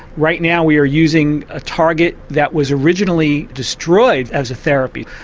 right now we are using a target that was originally destroyed as a therapy,